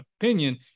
opinion